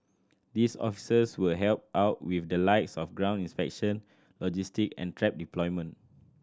these officers will help out with the likes of ground inspection logistic and trap deployment